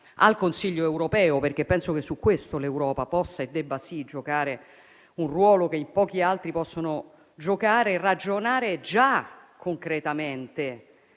al Consiglio europeo, perché penso che su questo l'Europa possa e debba giocare un ruolo che pochi altri possono giocare, ciò significa ragionare già concretamente